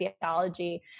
theology